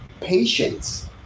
patience